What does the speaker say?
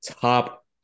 top